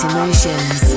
Emotions